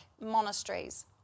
monasteries